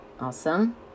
Awesome